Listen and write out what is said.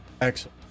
Excellent